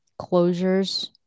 closures